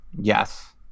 Yes